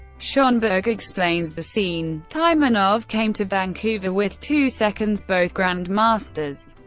schonberg explains the scene taimanov came to vancouver with two seconds, both grandmasters.